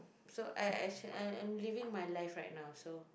so I I actually I am living my life right now so